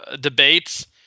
debates